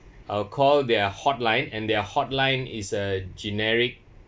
I'll call their hotline and their hotline is a generic